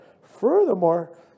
Furthermore